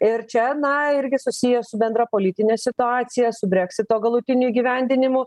ir čia na irgi susiję su bendra politine situacija su breksito galutiniu įgyvendinimu